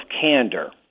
candor